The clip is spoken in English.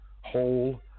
whole